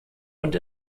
und